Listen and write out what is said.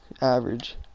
average